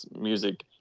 music